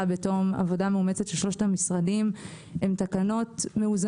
בתום עבודה מאומצת של שלושת המשרדים הן מאוזנות.